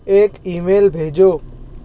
ایک email بھیجو